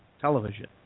television